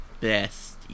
best